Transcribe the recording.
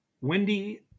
Wendy